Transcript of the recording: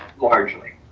largely.